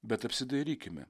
bet apsidairykime